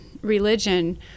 religion